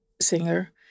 singer